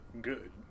good